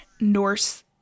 Norse